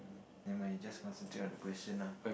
never mind just concentrate on the question lah